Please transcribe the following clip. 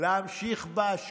היא ישבה בקצה ולא יצאה.